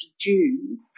June